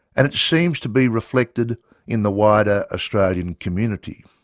and it seems to be reflected in the wider australian community.